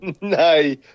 No